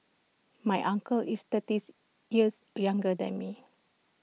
my uncle is thirties years younger than me